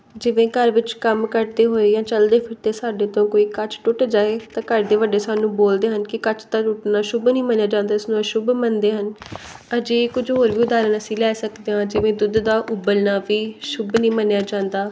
ਜਿਵੇਂ ਘਰ ਵਿੱਚ ਕੰਮ ਕਰਦੇ ਹੋਏ ਜਾਂ ਚਲਦੇ ਫਿਰਦੇ ਸਾਡੇ ਤੋਂ ਕੋਈ ਕੱਚ ਟੁੱਟ ਜਾਏ ਤਾਂ ਘਰ ਦੇ ਵੱਡੇ ਸਾਨੂੰ ਬੋਲਦੇ ਹਨ ਕਿ ਕੱਚ ਦਾ ਟੁੱਟਣਾ ਸ਼ੁੱਭ ਨਹੀਂ ਮੰਨਿਆ ਜਾਂਦਾ ਇਸਨੂੰ ਅਸ਼ੁੱਭ ਮੰਨਦੇ ਹਨ ਅਜਿਹੇ ਕੁਝ ਹੋਰ ਵੀ ਉਦਾਹਰਣ ਅਸੀਂ ਲੈ ਸਕਦੇ ਹਾਂ ਜਿਵੇਂ ਦੁੱਧ ਦਾ ਉਬਲਣਾ ਵੀ ਸ਼ੁੱਭ ਨਹੀਂ ਮੰਨਿਆ ਜਾਂਦਾ